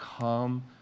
come